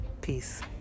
Peace